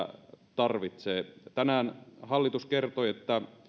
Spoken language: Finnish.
tarvitsee tänään hallitus kertoi että